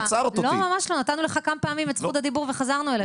עצרת אותי.